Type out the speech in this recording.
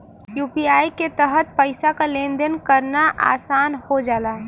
UPI के तहत पइसा क लेन देन करना आसान हो जाला